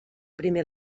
primer